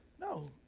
No